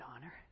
honor